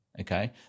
Okay